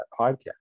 podcast